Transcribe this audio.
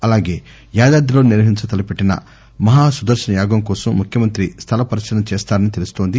అలాగే యాదాద్రిలో నిర్వహించ తలపెట్టిన మహాసుదర్భన యాగం కోసం ముఖ్యమంత్రి స్టల పరిశీలన చేస్తారని తెలుస్తోంది